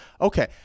Okay